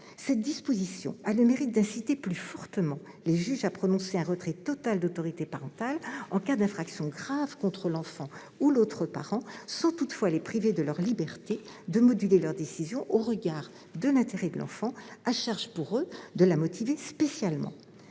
Cette disposition a le mérite d'inciter plus fortement les juges à prononcer un retrait total d'autorité parentale en cas d'infraction grave contre l'enfant ou l'autre parent, sans toutefois les priver de leur liberté de moduler leur décision au regard de l'intérêt de l'enfant, à charge pour eux de la motiver spécialement.